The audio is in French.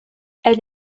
elle